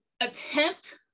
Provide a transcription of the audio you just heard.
attempt